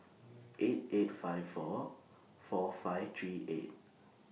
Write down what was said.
eight eight five four four five three eight